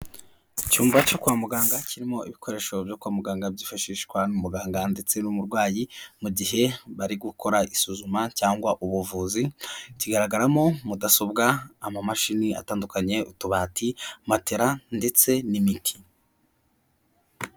Icyumba cyo kwa muganga kirimo ibikoresho byo kwa muganga byifashishwa n'umuganga ndetse n'umurwayi mu gihe bari gukora isuzuma cyangwa ubuvuzi, kigaragaramo mudasobwa, amamashini atandukanye, utubati matela ndetse n'imiti.